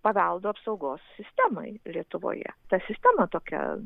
paveldo apsaugos sistemai lietuvoje ta sistema tokia